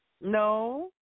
No